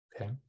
okay